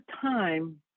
time